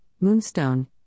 moonstone